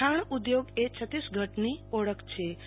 ખાણ ઉઘોગ એ છત્તીસગઢની ઓળખ છી